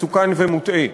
מסוכן ומוטעה.